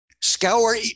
Scour